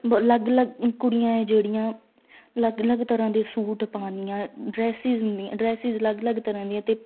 ਅਲੱਗ ਅਲੱਗ ਕੁੜੀਆਂ ਏ ਜਿਹੜੀਆਂ ਅਲੱਗ ਅਲੱਗ ਤਰ੍ਹਾਂ ਦੇ ਸੂਟ ਪਾਉਂਦੀਆਂ ਡਰੈੱਸਜ਼ ਹੁੰਦੀਆਂ ਡਰੈੱਸਜ਼ ਅਲੱਗ ਅਲੱਗ ਤਰ੍ਹਾਂ ਦੀਆਂ ਅਤੇ